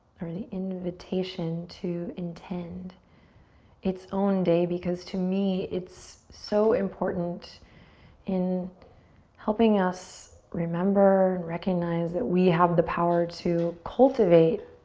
or the invitation to intend it's own day because to me, it's so important in helping us remember and recognize that we have the power to cultivate